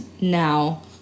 now